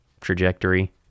trajectory